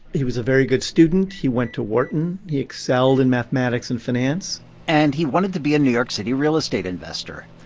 he was a very good student. he went to wharton. he excelled in mathematics and finance and he wanted to be a new york city real estate investor.